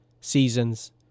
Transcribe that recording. Seasons